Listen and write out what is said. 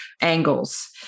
angles